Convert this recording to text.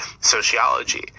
sociology